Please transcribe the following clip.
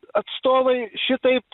atstovai šitaip